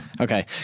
Okay